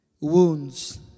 wounds